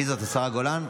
מי זאת, השרה גולן?